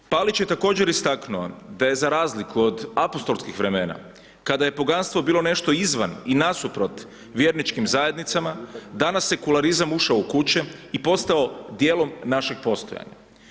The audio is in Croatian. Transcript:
Palić je također istaknuo da je za razliku od apostolskih vremena, kada je poganstvo bilo nešto izvan i nasuprot vjerničkim zajednicama, danas sekularizam ušao u kuće i postao djelom našeg postojanja.